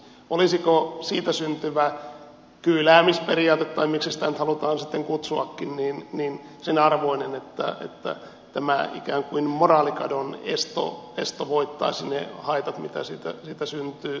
olisiko siitä syntyvä kyyläämisperiaate tai miksi sitä nyt halutaan sitten kutsuakin sen arvoinen että tämä ikään kuin moraalikadon esto voittaisi ne haitat mitä siitä syntyy